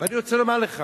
ואני רוצה לומר לך: